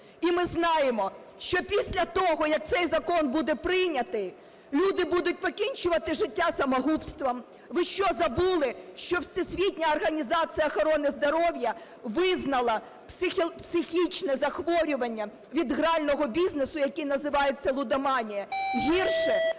І ми знаємо, що після того, як цей закон буде прийнятий, люди будуть покінчувати життя самогубством. Ви що, забули, що Всесвітня організація охорони здоров'я визнала психічне захворювання від грального бізнесу, яке називається "лудоманія",